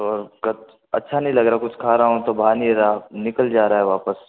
तो कट अच्छा नहीं लग रहा कुछ खा रहा हूँ तो भा नहीं रहा निकल जा रहा वापस